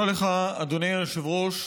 תודה לך, אדוני היושב-ראש.